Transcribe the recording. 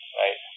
right